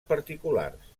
particulars